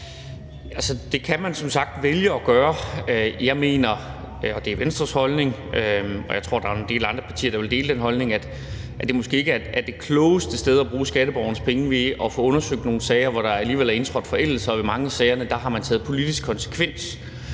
det kan man som sagt vælge at gøre. Jeg mener – og det er Venstres holdning, og jeg tror, at der er en del andre partier, der vil dele den holdning – at det måske ikke er det klogeste sted at bruge skatteborgernes penge, altså til at få undersøgt nogle sager, hvor der alligevel er indtrådt forældelse. Og i mange af sagerne har man taget en politisk konsekvens